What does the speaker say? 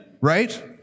right